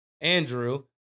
Andrew